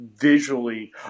visually